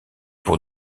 pour